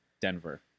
Denver